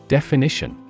Definition